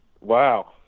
Wow